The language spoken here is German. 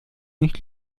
nicht